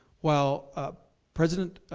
while ah president